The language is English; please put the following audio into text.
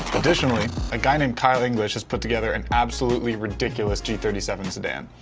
additionally, a guy named kyle english has put together an absolutely ridiculous g three seven sedan.